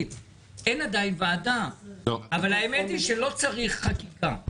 אבל למען האמת לא צריך חקיקה.